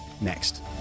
next